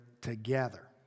together